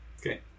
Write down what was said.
Okay